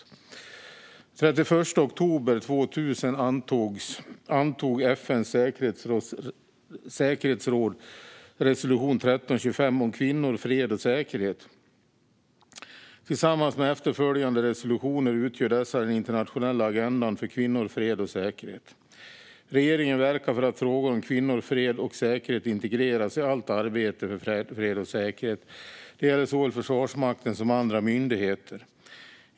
Den 31 oktober 2000 antog FN:s säkerhetsråd resolution 1325 om kvinnor, fred och säkerhet. Tillsammans med efterföljande resolutioner utgör dessa den internationella agendan för kvinnor, fred och säkerhet. Regeringen verkar för att frågor om kvinnor, fred och säkerhet integreras i allt arbete för fred och säkerhet. Det gäller såväl Försvarsmakten som andra myndigheter.